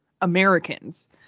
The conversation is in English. Americans